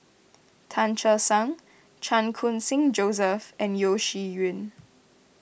Tan Che Sang Chan Khun Sing Joseph and Yeo Shih Yun